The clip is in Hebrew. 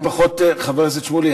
חבר הכנסת שמולי,